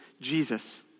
Jesus